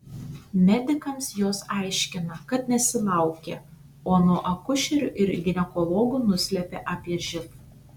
medikams jos aiškina kad nesilaukia o nuo akušerių ir ginekologų nuslepia apie živ